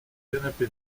canapé